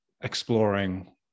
exploring